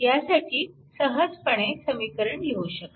ह्यासाठी सहजपणे समीकरण लिहू शकाल